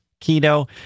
Keto